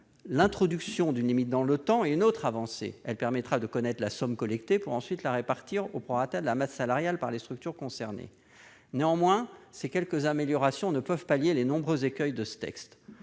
L'introduction d'une limite dans le temps est une autre avancée. Elle permettra de connaître la somme collectée pour ensuite la répartir au prorata de la masse salariale, par les structures concernées. Néanmoins, ces améliorations ne peuvent pallier les nombreux écueils de ce texte.